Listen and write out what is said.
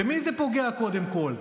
במי זה פוגע קודם כול?